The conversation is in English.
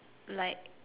like